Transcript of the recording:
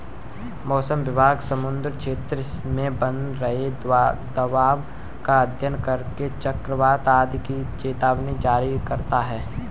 मौसम विभाग समुद्री क्षेत्र में बन रहे दबाव का अध्ययन करके चक्रवात आदि की चेतावनी जारी करता है